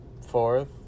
Fourth